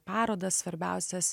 parodas svarbiausias